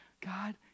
God